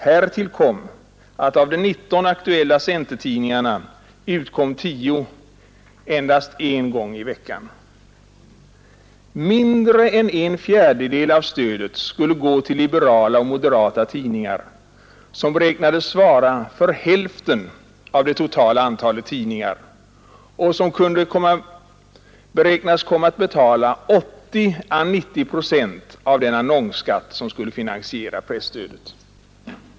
Härtill kom att av de 19 aktuella centertidningarna utkom 10 endast en gång i veckan. Mindre än en fjärdedel av stödet skulle gå till liberala och moderata tidningar, som beräknades svara för hälften av det totala antalet tidningar och som kunde beräknas komma att betala 80 å 90 procent av den annonsskatt som skulle finansiera presstödet.